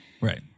Right